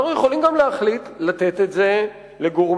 אנחנו יכולים גם להחליט לתת את זה לגורמים